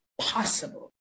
possible